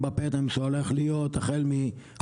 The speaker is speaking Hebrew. תאמין לי: אתה הולך להביא המון רפורמות טובות.